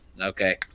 okay